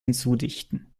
hinzudichten